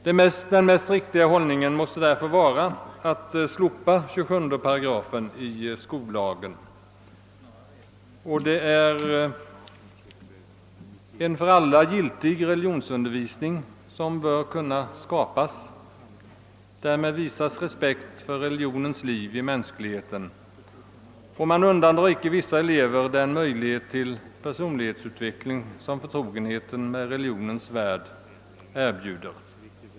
Det mest riktiga måste därför vara att slopa 27 8 skollagen. Vi bör kunna skapa en för alla giltig religionsundervisning. Därmed «visas respekt för religionens roll i det mänsk liga livet, och man undandrar inte vissa elever den möjlighet till personlighetsutveckling som förtrogenhet med religionens värld erbjuder.